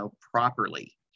properly